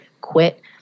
quit